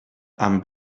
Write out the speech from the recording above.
amb